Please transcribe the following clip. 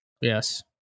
Yes